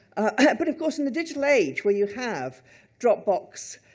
ah but of course, in the digital age, when you have dropbox,